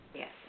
Yes